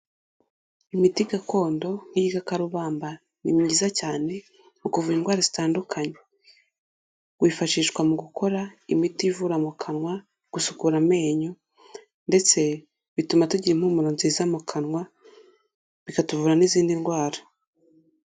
Imiti gakondo nk'igikakarubamba, ni myiza cyane mu kuvura indwara zitandukanye. Wifashishwa mu gukora imiti ivura mu kanwa, gusukura amenyo ndetse bituma tugira impumuro nziza mu kanwa, bikatuvura n'izindi ndwara.